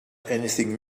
anything